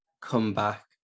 comeback